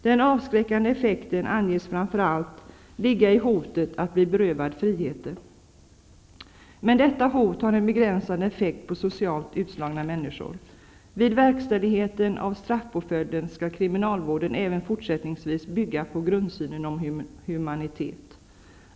Den avskräckande effekten anges framför allt ligga i hotet att bli berövad friheten. Men detta hot har en begränsad effekt på socialt utslagna människor. Vid verkställigheten av straffpåföljden skall kriminalvården även fortsättningsvis bygga på grundsynen om humanitet.